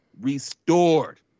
restored